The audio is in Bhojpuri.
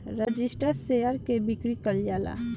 रजिस्टर्ड शेयर के बिक्री कईल जाला